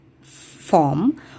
form